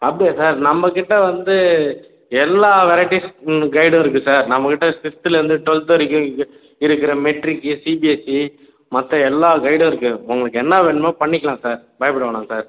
அப்படியா சார் நம்பக்கிட்ட வந்து எல்லா வெரைட்டீஸ் கைடும் இருக்குது சார் நம்பக்கிட்ட சிக்ஸ்த்துலேருந்து டுவெல்த் வரைக்கும் இருக்க இருக்கிற மெட்ரிக்கு சிபிஎஸ்சி மற்ற எல்லா கைடும் இருக்குது உங்களுக்கு என்ன வேணுமோ பண்ணிக்கலாம் சார் பயப்பட வேணாம் சார்